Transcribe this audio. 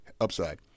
upside